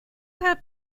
have